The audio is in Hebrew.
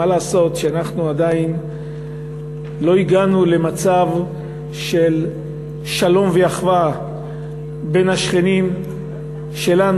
מה לעשות שאנחנו עדיין לא הגענו למצב של שלום ואחווה עם השכנים שלנו,